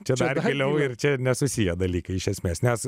čia dar giliau ir čia nesusiję dalykai iš esmės nes